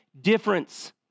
difference